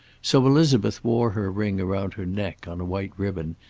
so elizabeth wore her ring around her neck on a white ribbon,